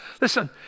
Listen